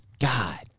God